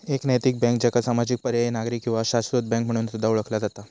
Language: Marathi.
एक नैतिक बँक, ज्याका सामाजिक, पर्यायी, नागरी किंवा शाश्वत बँक म्हणून सुद्धा ओळखला जाता